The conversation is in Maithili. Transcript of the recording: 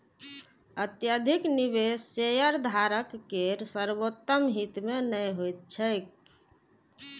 अत्यधिक निवेश शेयरधारक केर सर्वोत्तम हित मे नहि होइत छैक